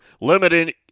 limiting